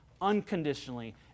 unconditionally